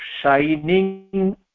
shining